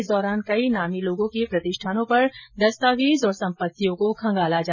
इस दौरान कई नामी लोगें के प्रतिष्ठानों पर दस्तावेजों और सम्पत्तियों को खंगाला जा रहा है